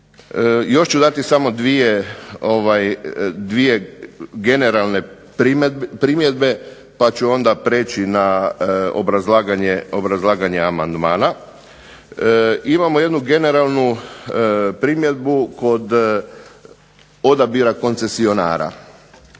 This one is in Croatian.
još ću dati samo dvije generalne primjedbe pa ću onda prijeći na obrazlaganje amandmana. Imamo jednu generalnu primjedbu kod odabira koncesionara,